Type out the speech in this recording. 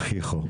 שהוכיחו?